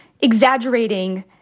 exaggerating